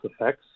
effects